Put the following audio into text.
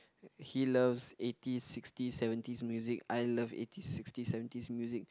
he loves eighties sixties seventies music I love eighties sixties seventies music